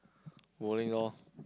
bowling lor